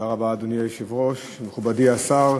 אדוני היושב-ראש, תודה רבה, מכובדי השר,